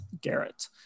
Garrett